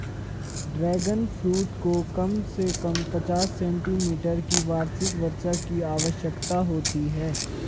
dragon fruit को कम से कम पचास सेंटीमीटर की वार्षिक वर्षा की आवश्यकता होती है